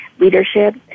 leadership